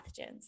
pathogens